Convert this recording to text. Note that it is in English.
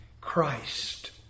Christ